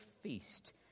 feast